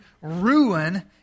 ruin